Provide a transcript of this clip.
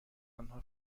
آنها